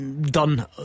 done